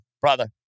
brother